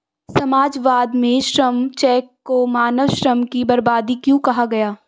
समाजवाद में श्रम चेक को मानव श्रम की बर्बादी क्यों कहा गया?